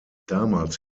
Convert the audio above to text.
damals